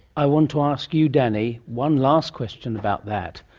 i want to ask you danny one last question about that.